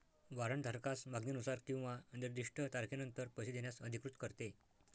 warrant धारकास मागणीनुसार किंवा निर्दिष्ट तारखेनंतर पैसे देण्यास अधिकृत करते